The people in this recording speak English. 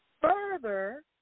Further